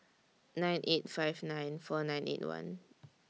nine eight five nine four nine eight one